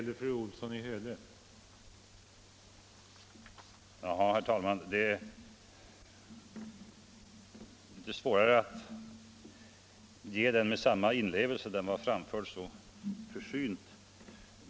Det är litet svårt att bemöta fru Olsson med samma inlevelse, eftersom hennes anförande var så försynt framfört.